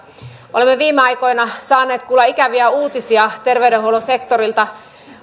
olemme viime aikoina saaneet kuulla ikäviä uutisia terveydenhuollon sektorilta